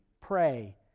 pray